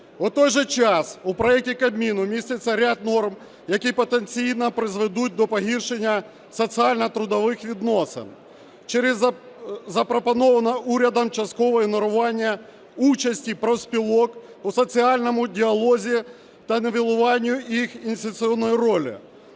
У той же час у проекті Кабміну міститься ряд норм, які потенційно призведуть до погіршення соціально-трудових відносин через запропоноване урядом часткове ігнорування участі профспілок у соціальному діалозі та нівелюванню їх інституційної ролі.